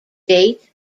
date